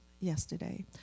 yesterday